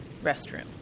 restroom